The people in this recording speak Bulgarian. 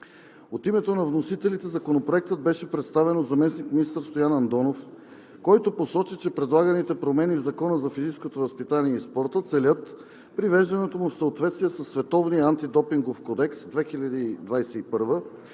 От името на вносителите Законопроектът беше представен от заместник-министър Стоян Андонов, който посочи, че предлаганите промени в Закона за физическото възпитание и спорта целят привеждането му в съответствие със Световния антидопингов кодекс 2021,